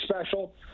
special